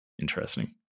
Interesting